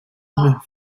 yves